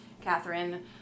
Catherine